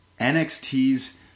NXT's